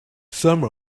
some